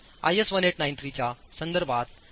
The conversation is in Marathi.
आयएस 1893 च्या संदर्भात 1